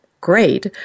great